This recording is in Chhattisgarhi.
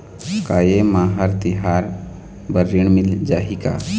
का ये मा हर तिहार बर ऋण मिल जाही का?